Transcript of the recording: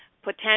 potential